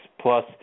plus